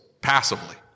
passively